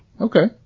Okay